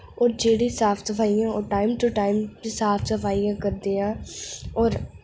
और जेह्ड़ी साफ सफाइयां ओ टाइम टू टाइम साफ सफाइयां करदियां और